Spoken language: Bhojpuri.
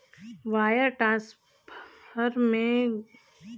वायर ट्रांसफर में ग्राहक विदेश में अंतरराष्ट्रीय बैंक के फंड भेज सकलन